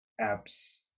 apps